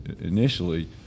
initially